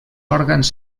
òrgans